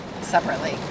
separately